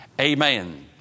Amen